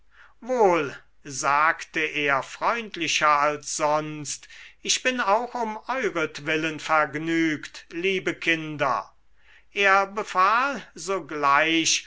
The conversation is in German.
wohl sagte er freundlicher als sonst ich bin auch um euertwillen vergnügt liebe kinder er befahl sogleich